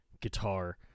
guitar